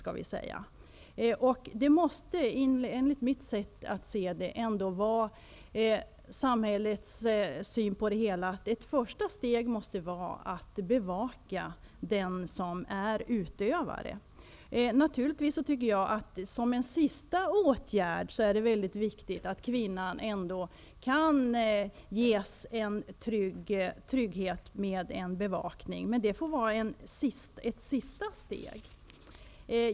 Samhällets syn måste vara, menar jag, att i första hand bevaka den som utövar våld. Som en sista åtgärd är det naturligtvis väldigt viktigt att kvinnan kan ges en trygghet medelst bevakning, men det måste ändå vara ett sista steg.